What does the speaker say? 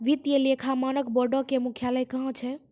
वित्तीय लेखा मानक बोर्डो के मुख्यालय कहां छै?